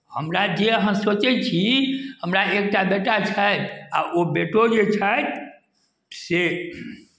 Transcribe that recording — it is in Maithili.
हमरा जे अहाँ सोचै छी हमरा एकटा बेटा छथि आ ओ बेटो जे छथि से